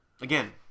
again